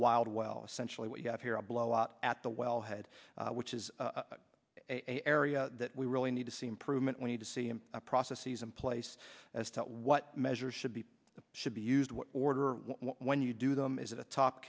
ed well essentially what you have here a blowout at the wellhead which is a area that we really need to see improvement we need to see and processes in place as to what measures should be should be used what order when you do them is it a top